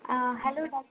ah hello doctor